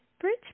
Bridge